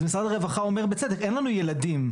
אז משרד הרווחה אומר בצדק: אין לנו ילדים.